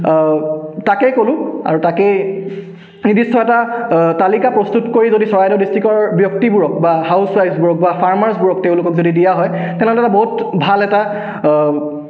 তাকেই ক'লোঁ আৰু তাকেই নিৰ্দিষ্ট এটা তালিকা প্ৰস্তুত কৰি যদি চৰাইদেউ ডিষ্ট্ৰিক্টৰ ব্যক্তিবোৰক বা হাউছৱাইফবোৰক বা ফাৰ্মাৰ্ছবোৰক তেওঁলোকক যদি দিয়া হয় তেনেহ'লে এটা বহুত ভাল এটা